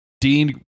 dean